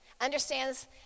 understands